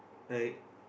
like